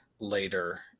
later